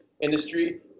industry